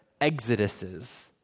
exoduses